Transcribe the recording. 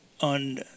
on